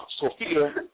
Sophia